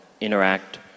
interact